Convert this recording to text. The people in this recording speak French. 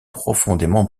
profondément